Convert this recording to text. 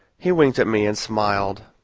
he winked at me, and smiled.